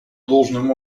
должным